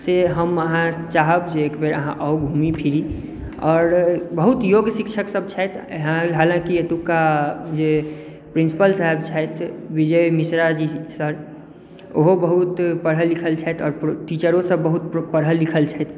से हम चाहब जे से एक बेर अहाँ आउ घूमि फिरि आओर बहुत योग्य शिक्षक सभ छथि हलाँकि एतुका जे प्रिंसिपल साहेब छथि विजय मिश्राजी सर ओहो बहुत पढ़ल लिखल छथि आओर टीचरो सभ बहुत पढ़ल लिखल छथि